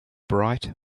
bright